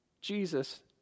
Jesus